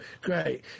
great